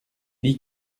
dit